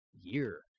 year